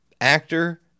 actor